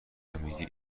میگی